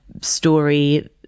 story